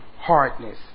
hardness